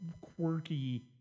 quirky